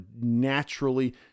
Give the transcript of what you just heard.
naturally